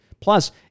Plus